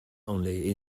only